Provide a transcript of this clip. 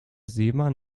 seemann